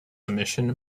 omission